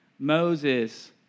Moses